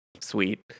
Sweet